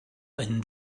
einen